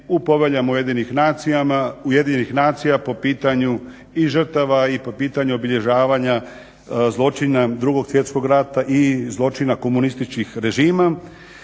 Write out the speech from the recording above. u poveljama UN-a po pitanju i žrtava i po pitanju obilježavanja zločina Drugog svjetskog rata i zločina komunističkih režima